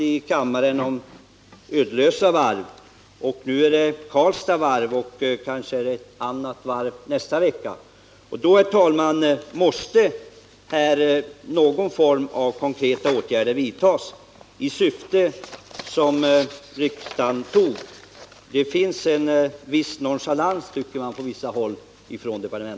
att förhindra friställning av arbetskraft vid de mindre och medelstora varven